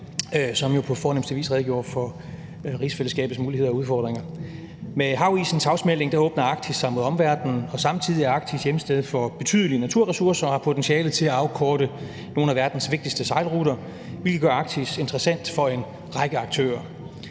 jo på fornemste vis redegjorde for rigsfællesskabets muligheder og udfordringer. Med havisens afsmeltning åbner Arktis sig mod omverdenen, og samtidig er Arktis hjemsted for betydelige naturressourcer og har potentiale til at afkorte nogle af verdens vigtigste sejlruter, hvilket gør Arktis interessant for en række aktører.